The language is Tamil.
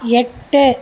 எட்டு